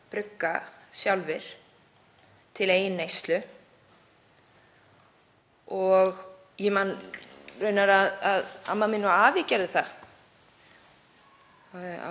að brugga sjálfir til eigin neyslu. Ég man raunar að amma mín og afi gerðu það